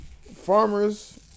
Farmers